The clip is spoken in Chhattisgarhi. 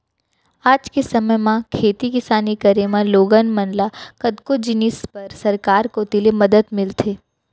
आज के समे म खेती किसानी करे म लोगन मन ल कतको जिनिस बर सरकार कोती ले मदद मिलथे